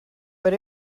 but